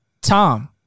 tom